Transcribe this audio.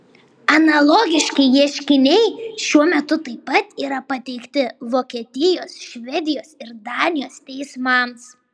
analogiški ieškiniai šiuo metu taip pat yra pateikti vokietijos švedijos ir danijos teismams